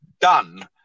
done